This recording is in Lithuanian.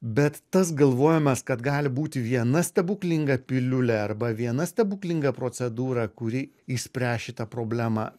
bet tas galvojimas kad gali būti viena stebuklinga piliulė arba viena stebuklinga procedūra kuri išspręs šitą problemą